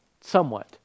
somewhat